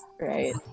right